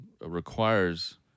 requires